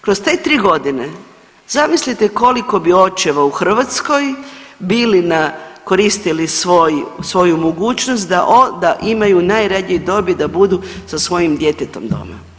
Kroz te 3 godine, zamislite koliko bi očeva u Hrvatskoj bili na, koristili svoju mogućnost da imaju od najranije dobi, da budu sa svojim djetetom doma.